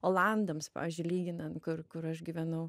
olandams pavyzdžiui lyginan kur aš gyvenau